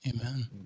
Amen